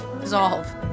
dissolve